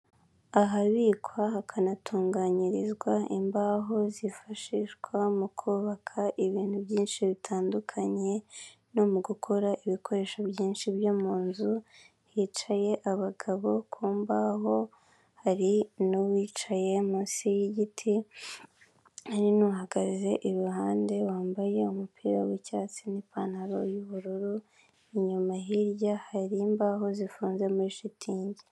Aha ngaha hari ameza yicayeho abantu bane harimo umugore umwe ndetse n'abagabo batatu, bicaye ku ntebe nziza cyane bose imbere yabo hari indangururamajwi kugirango ngo babashe kumvikana, hakaba hari kandi n'uducupa tw'amazi atunganywa n'uruganda ruzwi cyane mu Rwanda mu gutunganya ibyo kunywa rw'inyange